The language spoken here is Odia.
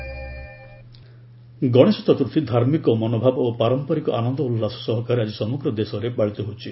ଗଣେଶ ଚତୁର୍ଥୀ ଗଣେଶ ଚତୁର୍ଥୀ ଧାର୍ମିକ ମନୋଭାବ ଓ ପାରମ୍ପରିକ ଆନନ୍ଦ ଉଲ୍ଲାସ ସହକାରେ ଆଜି ସମଗ୍ର ଦେଶରେ ପାଳିତ ହେଉଛି